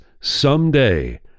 someday